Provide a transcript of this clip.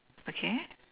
okay